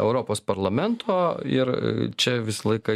europos parlamento ir čia visą laiką